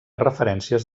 referències